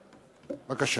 בבקשה.